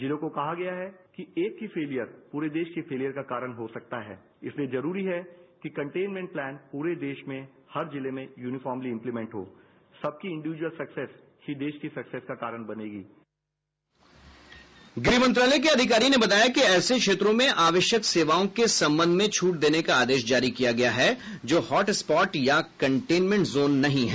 जिलो को कहा गया है कि एक की फेलियर पूरे देश के फेलियर का कारण हो सकता है इसलिए जरूरी है कि कन्टेनमेंट प्लान पूरे देश में हर जिले में यूनिफॉर्मली इम्पलीमेंट हो सबकी इंडिव्युजल सक्सेज ये देश की सक्सेज का कारण बनेगी गृह मंत्रालय के अधिकारी ने बताया कि ऐसे क्षेत्रों में आवश्यक सेवाओं के संबंध में छूट देने का आदेश जारी किया गया जो हॉट स्पॉट या कंटेनमेंट जोन नहीं है